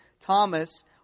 Thomas